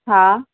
हा